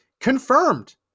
confirmed